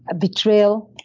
ah betrayal,